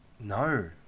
No